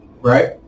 right